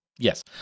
Yes